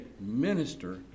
minister